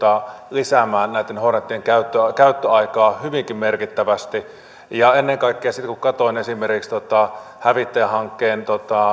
lisäämään näitten hornetien käyttöaikaa käyttöaikaa hyvinkin merkittävästi ja sitten kun katsoin esimerkiksi hävittäjähankkeen